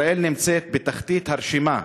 ישראל נמצאת בתחתית הרשימה